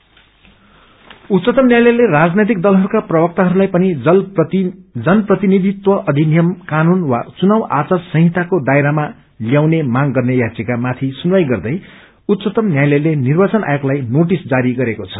SC notice उच्चत न्यायालयले राजनैतिक दलहरूका प्रवक्ताहरूलाई पनि जनप्रतिनिधित्व अधिनियम कानून वा चुनाव आचार संहिताको दायरामा त्यउने मांग गत्ने याचिकामाथि सुनवाई गर्दै उच्चतम न्यायालयले निर्वाचन आयोगलाई नोटिस जारी गरेको छ